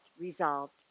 resolved